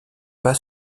pas